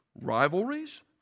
rivalries